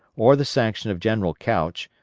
or the sanction of general couch,